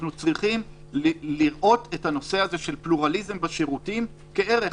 צריכים לראות את הנושא של פלורליזם בשירותים כערך.